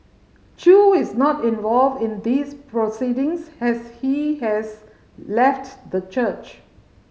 Chew is not involved in these proceedings has he has left the church